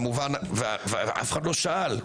ואף אחד לא שאל: